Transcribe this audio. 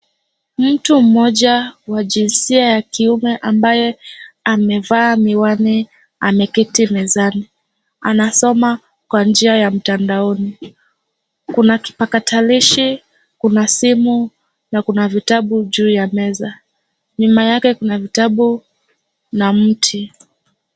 Mtu mmoja wa jinsia ya kiume ambaye amevaa miwani, ameketi mezani, anasoma kwa njia ya mtandaoni. Kuna kipakatalishi, kuna simu, na kuna vitabu juu ya meza. Nyuma yake kuna vitabu, na mti.